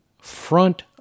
front